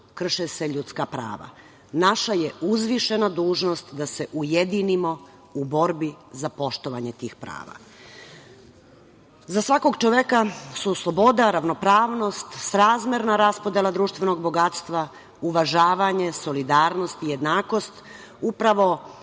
krše se ljudska prava. Naša je uzvišena dužnost da se ujedinimo u borbi za poštovanje tih prava.“Za svakog čoveka su sloboda, ravnopravnost srazmerna raspodela društvenog bogatstva, uvažavanje, solidarnost i jednakost upravo